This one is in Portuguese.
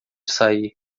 sair